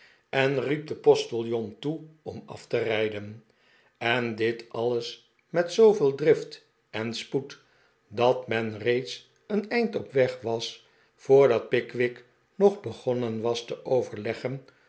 en rifep den postiljon toe om af te rijden en dit alles met zooveel drift en spoed dat men reeds een eind op weg was voordat pickwick nog begonnen was te overleggen